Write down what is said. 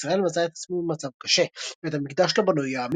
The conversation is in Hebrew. עם ישראל מצא את עצמו במצב קשה בית המקדש לא בנוי,